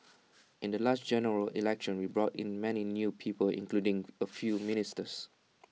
in the last General Election we brought in many new people including A few ministers